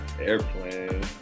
Airplane